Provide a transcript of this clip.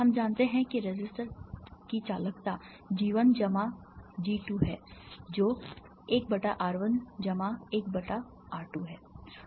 हम जानते हैं कि इस रेसिस्टर का चालकता G 1 जमा G 2 है जो 1 बटा R 1 जमा 1 R 2 है